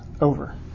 over